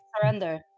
surrender